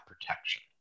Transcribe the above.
protection